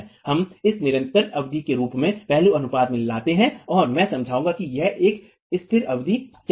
हम इस निरंतर अवधि के रूप में पहलू अनुपात में लाते हैं और मैं समझाऊंगा कि यह एक स्थिर अवधि क्या है